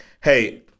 hey